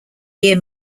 year